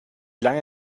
lange